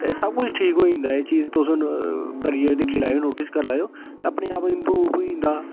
ते सब कुछ ठीक होई जंदा ऐ चीज तुस करियै दिक्खी लैओ नोटिस करी लैओ अपने आप इंप्रूब होई जंदा